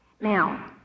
Now